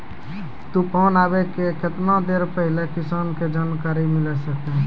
तूफान आबय के केतना देर पहिले किसान के जानकारी मिले सकते?